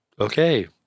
okay